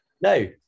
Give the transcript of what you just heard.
No